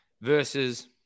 versus